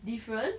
different